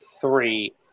three